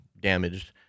damaged